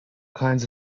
kinds